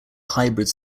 hybrids